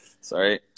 sorry